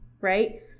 right